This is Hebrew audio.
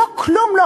כלום לא,